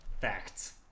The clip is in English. facts